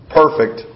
perfect